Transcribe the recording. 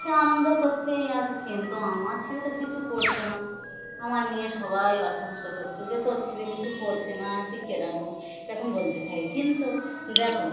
সে আনন্দ করতেই আছে কিন্তু আমার ছিপে তো কিছু পড়ছে না আমায় নিয়ে সবাই অট্টহাস্য করছে যে তোর ছিপে কিছু পড়ছে না তুই কী রকম এ রকম বলতে থাকে কিন্তু দেখো